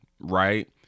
right